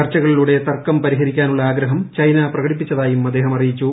ചർച്ചകളിലൂടെ തർക്കം പരിഹരിക്കൂർദ്രുള്ള ആഗ്രഹം ചൈന പ്രകടിപ്പിച്ചതായും അദ്ദേഹം അറിയിച്ചു